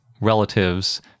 relatives